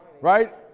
right